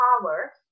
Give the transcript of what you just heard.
power